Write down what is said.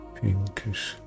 pinkish